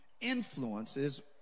influences